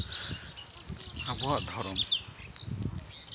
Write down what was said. ᱟᱵᱚᱣᱟᱜ ᱫᱷᱚᱨᱚᱢ ᱟᱵᱚᱣᱟᱜ